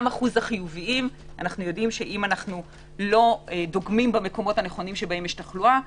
גם אחוז החיוביים אם אנו לא דוגמים במקומות הנכונים שבהם יש תחלואה,